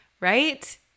right